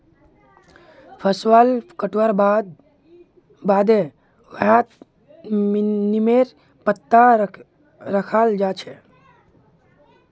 फसल कटवार बादे वहात् नीमेर पत्ता रखाल् जा छे